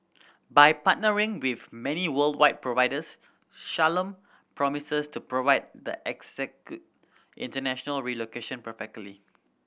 by partnering with many worldwide providers Shalom promises to provide the international relocation perfectly